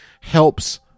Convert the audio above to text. helps